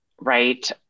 right